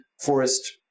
Forest